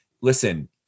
listen